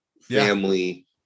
family